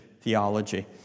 theology